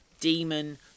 demon